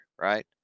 right